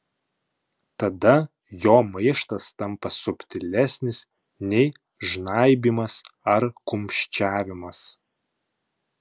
tada jo maištas tampa subtilesnis nei žnaibymas ar kumščiavimas